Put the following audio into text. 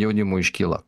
jaunimui iškyla